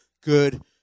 good